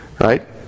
right